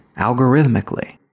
algorithmically